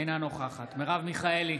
אינה נוכחת מרב מיכאלי,